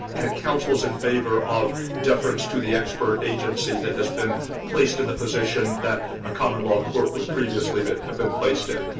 and it counsels in favor of deference to the expert agency that has been placed in the position that a common law court would previously have been placed in.